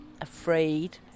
afraid